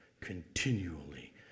continually